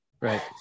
Right